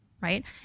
right